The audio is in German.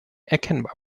erkennbar